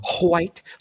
white